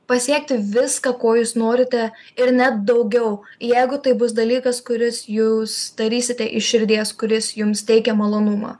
pasiekti viską ko jūs norite ir net daugiau jeigu tai bus dalykas kuris jūs darysite iš širdies kuris jums teikia malonumą